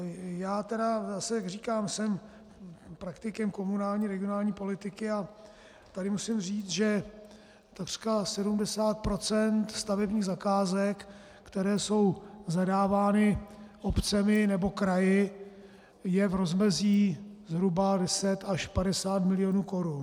Já tedy zase, jak říkám, jsem praktikem komunální regionální politiky a tady musím říct, že takřka 70 % stavebních zakázek, které jsou zadávány obcemi nebo kraji, je v rozmezí zhruba 10 až 50 milionů korun.